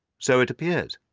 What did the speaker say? so it appears.